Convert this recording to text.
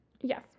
Yes